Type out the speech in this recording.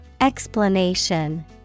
Explanation